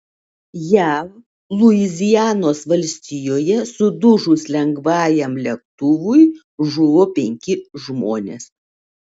jav luizianos valstijoje sudužus lengvajam lėktuvui žuvo penki žmonės